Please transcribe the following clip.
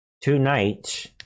tonight